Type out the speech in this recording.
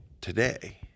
today